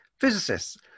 physicists